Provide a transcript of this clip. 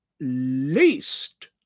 least